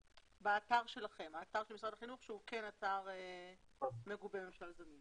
האתר של משרד החינוך הוא כן אתר מגובה ממשל זמין.